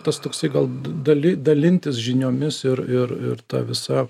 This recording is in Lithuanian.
tas toksai gal da dali dalintis žiniomis ir ir ir ta visa